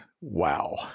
wow